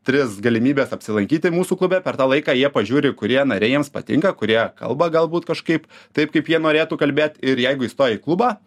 tris galimybes apsilankyti mūsų klube per tą laiką jie pažiūri kurie nariai jiems patinka kurie kalba galbūt kažkaip taip kaip jie norėtų kalbėt ir jeigu įstoji į klubą